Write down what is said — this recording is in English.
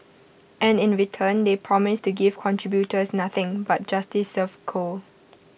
and in return they promise to give contributors nothing but justice served cold